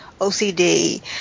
OCD